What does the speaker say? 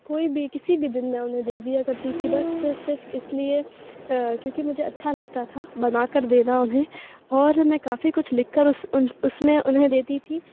کوئی بھی کسی بھی دن میں انہیں دے دیا کرتی تھی بس صرف اس لیے کیوں کہ مجھے اچھا لگتا تھا بنا کر دینا انہیں اور میں کافی کچھ لکھ کر اس اس میں انہیں دیتی تھی